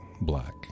black